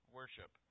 worship